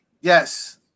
Yes